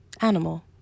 Animal